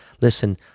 Listen